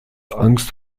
angst